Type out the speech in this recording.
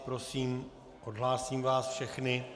Prosím, odhlásím vás všechny.